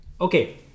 okay